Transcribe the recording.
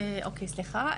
סליחה.